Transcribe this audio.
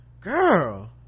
girl